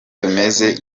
tumeze